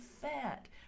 fat